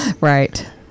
Right